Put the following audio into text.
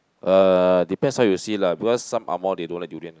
ah depends how you see lah because some Angmoh they don't like durian lah